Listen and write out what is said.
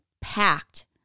packed